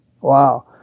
Wow